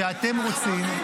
גם אלה שעושים כשפים?